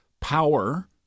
Power